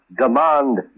demand